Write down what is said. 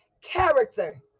character